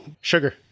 sugar